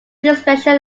displeasure